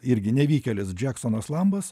irgi nevykėlis džeksonas lambas